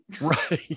Right